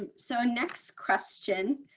and so, next question.